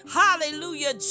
hallelujah